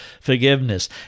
forgiveness